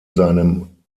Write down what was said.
seinem